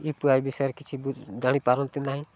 you P I ବିଷୟରେ କିଛି ଜାଣିପାରନ୍ତି ନାହିଁ